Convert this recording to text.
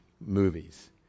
movies